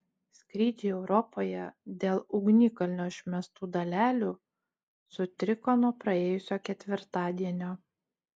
skrydžiai europoje dėl ugnikalnio išmestų dalelių sutriko nuo praėjusio ketvirtadienio